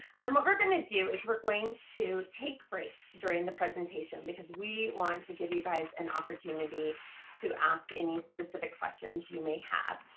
what we're gonna do is we're going to take breaks during the presentation because we want to give you guys an opportunity to ask any specific questions you may have.